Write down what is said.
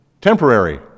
temporary